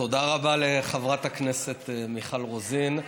תודה רבה לחברת הכנסת מיכל רוזין.